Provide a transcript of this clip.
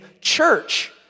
church